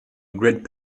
grid